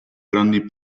grandi